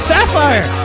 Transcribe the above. Sapphire